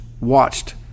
watched